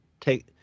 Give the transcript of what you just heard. take